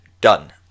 done